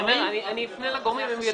אני אפנה לגורמים.